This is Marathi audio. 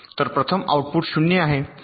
तर प्रथम आउटपुट 0 आहे